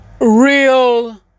real